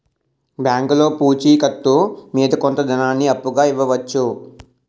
బ్యాంకులో పూచి కత్తు మీద కొంత ధనాన్ని అప్పుగా ఇవ్వవచ్చు